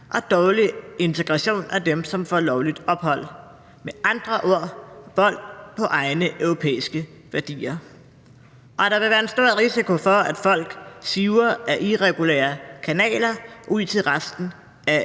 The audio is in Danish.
en dårlig integration af dem, som får lovligt ophold, med andre ord vold på egne europæiske værdier. Og der vil være en stor risiko for, at folk siver ad irregulære kanaler ud til resten af